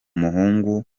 muhungu